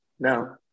No